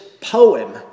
poem